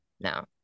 No